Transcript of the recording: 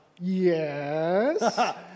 Yes